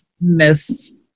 Miss